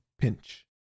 pinch